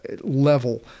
level